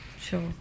sure